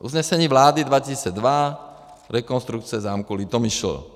Usnesení vlády 2002, rekonstrukce zámku Litomyšl.